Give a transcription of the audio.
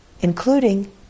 Including